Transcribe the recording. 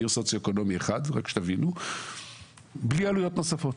בעיר סוציו אקונומי 1 וזה היה בלי עלויות נוספות.